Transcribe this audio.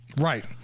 Right